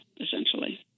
essentially